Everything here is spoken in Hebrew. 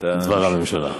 דבר הממשלה.